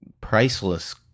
priceless